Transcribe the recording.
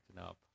up